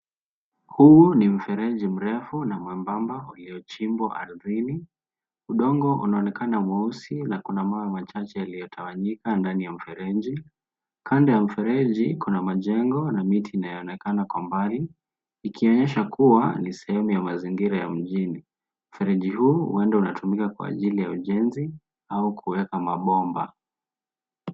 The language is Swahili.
Huu ni mfereji mrefu na mwembamba uliochimbwa ardhini. Udongo unaonekana mweusi na kuna mawe machache yaliyo tawanyika ndani ya mfereji. Kando ya mfereji kuna majengo na miti inayo onekana kwa mbali ikionyesha kuwa ni sehemu ya mazingira ya mjini. Mfereji huu huenda unatumika kwa ajili ya ujenzi au kuweka mabomba.